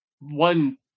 one